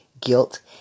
guilt